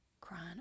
crying